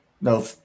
no